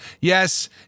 Yes